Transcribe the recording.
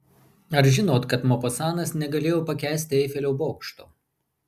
ar žinot kad mopasanas negalėjo pakęsti eifelio bokšto